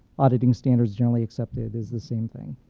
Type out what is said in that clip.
auditing standards generally accepted is the same thing.